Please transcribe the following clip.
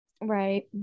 right